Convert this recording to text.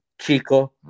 Chico